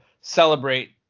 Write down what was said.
celebrate